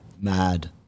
Mad